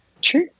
Sure